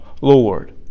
Lord